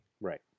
Right